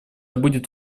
будет